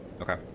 Okay